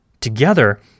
Together